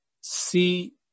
see